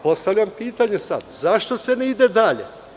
Postavljam pitanje sad, zašto se ne ide dalje?